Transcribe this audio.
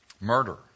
murder